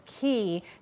key